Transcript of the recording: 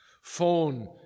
Phone